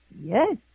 Yes